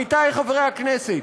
עמיתיי חברי הכנסת,